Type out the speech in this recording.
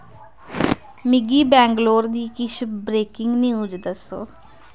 मिगी बैंगलोर दी किश ब्रेकिंग न्यूज दस्सो